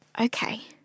Okay